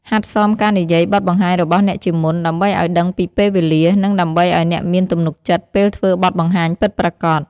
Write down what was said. ហាត់សមការនិយាយបទបង្ហាញរបស់អ្នកជាមុន ដើម្បីឱ្យដឹងពីពេលវេលា និងដើម្បីឱ្យអ្នកមានទំនុកចិត្តពេលធ្វើបទបង្ហាញពិតប្រាកដ។